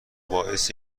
باعث